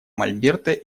мольберта